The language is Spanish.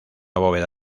bóveda